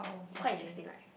quite interesting right